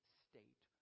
state